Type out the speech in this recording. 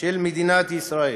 של מדינת ישראל.